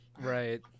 Right